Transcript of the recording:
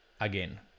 again